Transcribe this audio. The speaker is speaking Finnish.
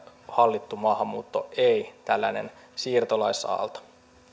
hallittu maahanmuutto ei tällainen siirtolaisaalto